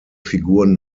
figuren